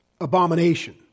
Abomination